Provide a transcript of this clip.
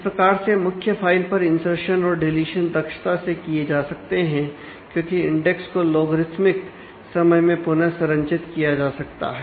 इस प्रकार से मुख्य फाइल पर इनर्सशन समय में पुनः संरचित किया जा सकता है